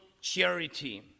charity